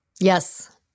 Yes